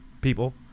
people